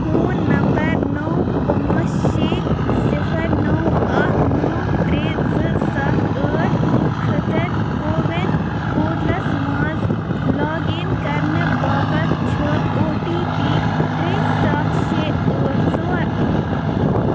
phone number نَو پانٛژھ شیٚے صِفر نَو اَکھ نو ترٛے زٕ سَتھ ٲٹھ خٲطرٕ کوٚوِِن پورٹلس مَنٛز لاگ اِن کَرنہٕ باپتھ چھُ او ٹی پی ترٛےٚ سَتھ شیٚے ٲٹھ ژور اَکھ